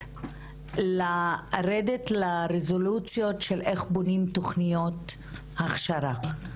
לרדת לרזולוציות של איך בונים תוכניות הכשרה.